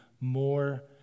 more